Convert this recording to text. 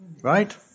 Right